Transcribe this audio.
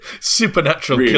supernatural